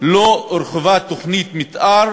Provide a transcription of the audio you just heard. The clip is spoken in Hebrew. לא הורחבה תוכנית מתאר